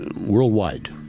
worldwide